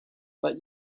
but